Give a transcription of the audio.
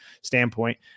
standpoint